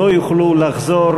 לא יוכלו לחזור